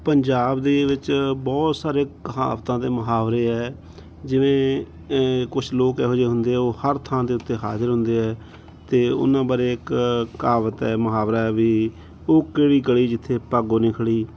ਪੰਜਾਬ ਦੇ ਵਿੱਚ ਬਹੁਤ ਸਾਰੇ ਕਹਾਵਤਾਂ ਅਤੇ ਮੁਹਾਵਰੇ ਹੈ ਜਿਵੇਂ ਕੁਛ ਲੋਕ ਇਹੋ ਜਿਹੇ ਹੁੰਦੇ ਆ ਉਹ ਹਰ ਥਾਂ ਦੇ ਉੱਤੇ ਹਾਜ਼ਰ ਹੁੰਦੇ ਹੈ ਅਤੇ ਉਹਨਾਂ ਬਾਰੇ ਇੱਕ ਕਹਾਵਤ ਹੈ ਮੁਹਾਵਰਾ ਵੀ ਉਹ ਕਿਹੜੀ ਗਲੀ ਜਿੱਥੇ ਭਾਗੋ ਨਹੀਂ ਖੜ੍ਹੀ